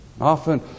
Often